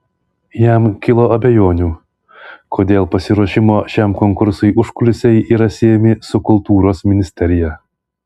jam kilo abejonių kodėl pasiruošimo šiam konkursui užkulisiai yra siejami su kultūros ministerija